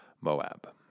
Moab